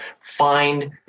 find